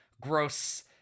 gross